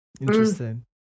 Interesting